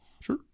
Sure